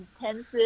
intensive